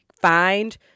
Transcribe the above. find